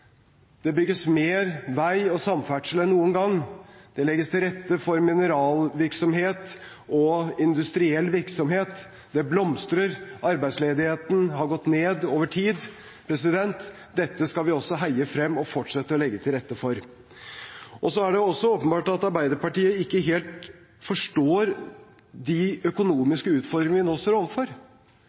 Det bygges mer vei og samferdsel enn noen gang. Det legges til rette for mineralvirksomhet og industriell virksomhet. Det blomstrer. Arbeidsledigheten har gått ned over tid. Dette skal vi også heie frem og fortsette å legge til rette for. Det er åpenbart at Arbeiderpartiet ikke helt forstår de økonomiske utfordringene vi nå står overfor,